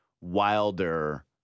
wilder